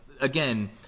Again